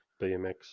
BMX